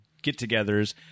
get-togethers